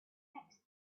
next